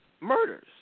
murders